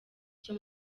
icyo